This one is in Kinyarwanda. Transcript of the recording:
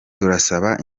turasaba